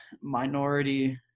minority